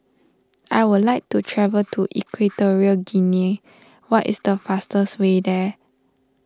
I would like to travel to Equatorial Guinea what is the fastest way there